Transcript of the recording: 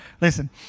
listen